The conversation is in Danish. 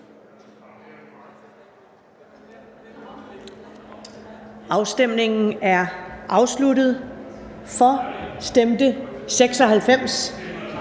Afstemningen er afsluttet. For stemte 96